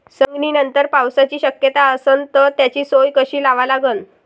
सवंगनीनंतर पावसाची शक्यता असन त त्याची सोय कशी लावा लागन?